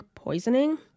poisoning